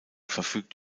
verfügt